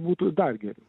būtų dar geriau